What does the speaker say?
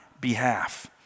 behalf